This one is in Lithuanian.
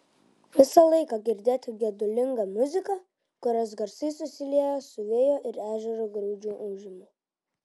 visą laiką girdėti gedulinga muzika kurios garsai susilieja su vėjo ir ežero graudžiu ūžimu